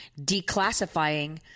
declassifying